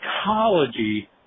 psychology